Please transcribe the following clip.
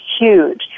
huge